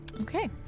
Okay